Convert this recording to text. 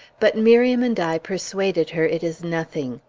but miriam and i persuaded her it is nothing.